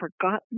forgotten